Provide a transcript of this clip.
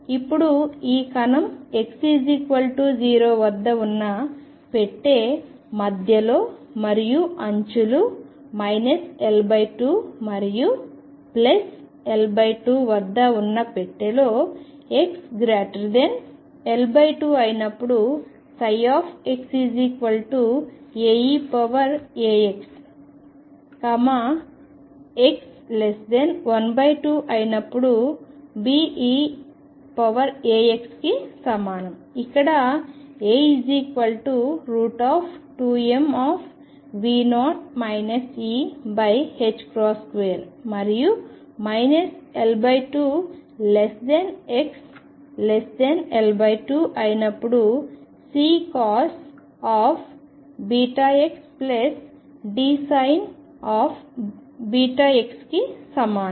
ఇప్పుడు ఈ కణం x0 వద్ద ఉన్న పెట్టె మధ్యలో మరియు అంచులు L2 మరియు L2 వద్ద ఉన్న పెట్టెలోxL2 అయినప్పుడు xAe αx xL2 అయినప్పుడు Beαx కి సమానం ఇక్కడ α2m2 మరియు L2xL2 అయినప్పుడు Ccos βx Dsin βx కి సమానం